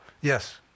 Yes